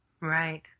Right